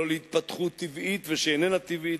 לא להתפתחות טבעית ושאיננה טבעית,